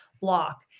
block